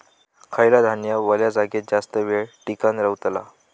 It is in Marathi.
खयला धान्य वल्या जागेत जास्त येळ टिकान रवतला?